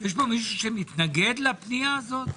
יש פה מישהו שמתנגד לפנייה הזו?